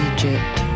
Egypt